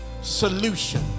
solution